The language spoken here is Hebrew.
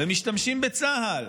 ומשתמשים בצה"ל,